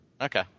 Okay